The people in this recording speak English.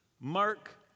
Mark